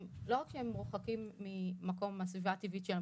לא רק שהם מרוחקים מהסביבה הטבעית שלהם,